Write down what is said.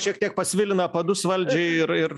šiek tiek pasvilina padus valdžiai ir ir